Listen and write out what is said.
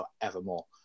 forevermore